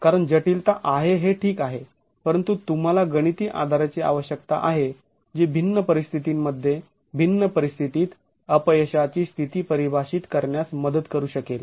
कारण जटिलता आहे हे ठीक आहे परंतु तुम्हाला गणिती आधाराची आवश्यकता आहे जी भिन्न परिस्थितींमध्ये भिन्न परिस्थितीत अपयशाची स्थिती परिभाषित करण्यास मदत करू शकेल